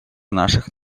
наших